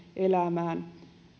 elämään